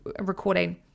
recording